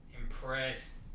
impressed